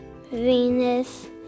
Venus